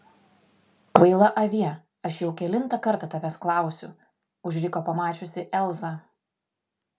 kvaila avie aš jau kelintą kartą tavęs klausiu užriko pamačiusi elzą